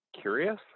curious